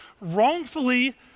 wrongfully